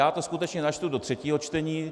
Já to skutečně načtu do třetího čtení.